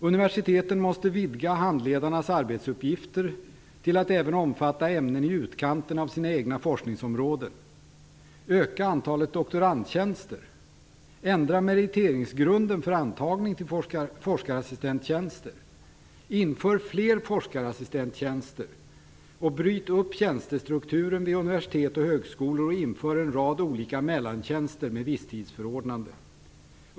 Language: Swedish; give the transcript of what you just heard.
Universiteten måste vidare vidga handledarnas arbetsuppgifter till att även omfatta ämnen i utkanten av sina egna forskningsområden. Öka antalet doktorandtjänster. Ändra meriteringsgrunden för antagning till forskarassistenttjänster. Inför fler forskarassistenttjänster. Bryt upp tjänstestrukturen vid universitet och högskolor och inför en rad olika mellantjänster med visstidsförordnande.